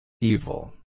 Evil